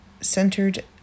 centered